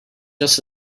just